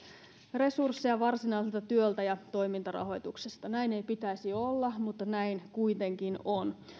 resursseja varsinaiselta työltä ja toimintarahoituksesta näin ei pitäisi olla mutta näin kuitenkin on